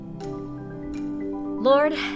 Lord